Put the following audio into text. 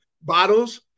Bottles